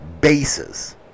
bases